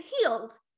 healed